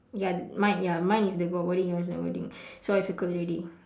ya mine ya mine is the got wording yours no wording so I circle already